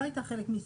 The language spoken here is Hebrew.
בטח.